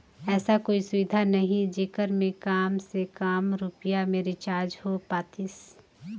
ऐसा कोई सुविधा नहीं जेकर मे काम से काम रुपिया मे रिचार्ज हो पातीस?